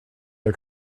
are